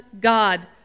God